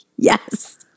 Yes